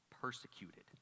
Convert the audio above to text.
persecuted